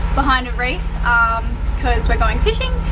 behind the reef um cause we're going fishing.